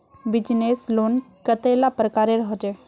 Business loan कतेला प्रकारेर होचे?